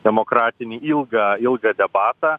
demokratinį ilgą ilgą debatą